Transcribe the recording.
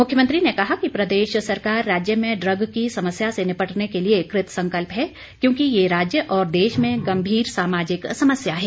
मुख्यमंत्री ने कहा कि प्रदेश सरकार राज्य ड्रग की समस्या से निपटने के लिए कृत संकल्प है क्योंकि यह राज्य और देश में गंभीर सामाजिक समस्या है